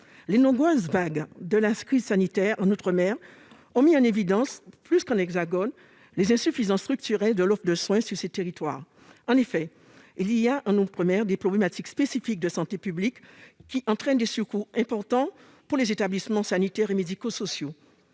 Les nombreuses vagues de la crise sanitaire en outre-mer ont mis en évidence, davantage que dans l'Hexagone, les insuffisances structurelles de l'offre de soins dans ces territoires. En effet, les problématiques spécifiques de santé publique en outre-mer entraînent des surcoûts importants pour les établissements sanitaires et médico-sociaux.